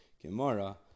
Gemara